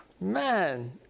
Man